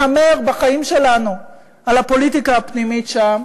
מהמר בחיים שלנו על הפוליטיקה הפנימית שם,